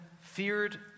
feared